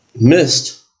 missed